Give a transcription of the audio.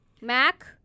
Mac